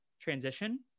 transition